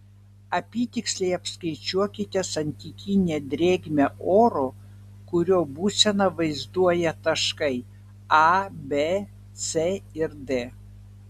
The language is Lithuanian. apytiksliai apskaičiuokite santykinę drėgmę oro kurio būseną vaizduoja taškai a b c ir d